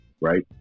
right